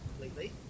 completely